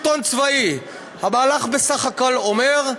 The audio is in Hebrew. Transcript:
המהלך בסך הכול אומר: